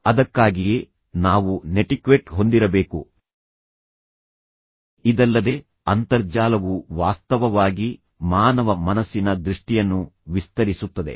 ಅದಕ್ಕಾಗಿಯೇ ನಾವು ನೆಟಿಕ್ವೆಟ್ ಹೊಂದಿರಬೇಕು ಇದಲ್ಲದೆ ಅಂತರ್ಜಾಲವು ವಾಸ್ತವವಾಗಿ ಮಾನವ ಮನಸ್ಸಿನ ದೃಷ್ಟಿಯನ್ನು ವಿಸ್ತರಿಸುತ್ತದೆ